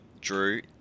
Drew